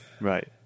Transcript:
Right